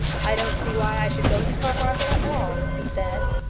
i don't see why i should go into carmarthen at all, he said.